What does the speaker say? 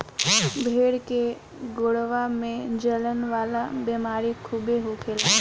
भेड़ के गोड़वा में जलन वाला बेमारी खूबे होखेला